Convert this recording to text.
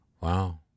Wow